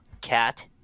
cat